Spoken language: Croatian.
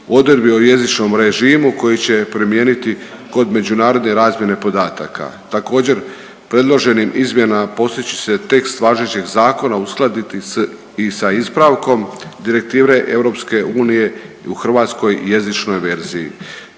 odredbi o jezičnom režimu koji će primijeniti kod međunarodne razmjene podataka. Također predloženim izmjenama postojeći će se tekst važećeg zakona uskladiti i sa ispravkom Direktive EU i u hrvatskoj jezičnoj verziji.